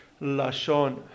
Lashon